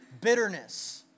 bitterness